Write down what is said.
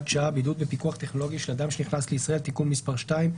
שעה)(בידוד בפיקוח טכנולוגי של אדם שנכנס לישראל)(תיקון מס' 2),